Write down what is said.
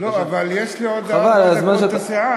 לא, אבל יש לי עוד ארבע דקות לסיעה.